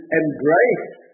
embrace